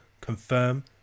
confirm